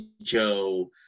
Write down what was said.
Joe